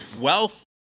wealth